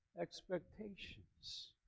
expectations